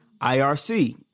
IRC